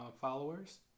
followers